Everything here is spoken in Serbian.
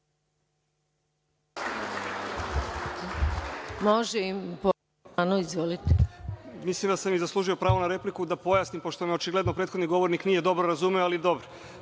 Izvolite. **Srđan Nogo** Mislim da sam zaslužio pravo na repliku, da pojasnim, pošto me očigledno prethodni govornik nije dobro razumeo ali dobro,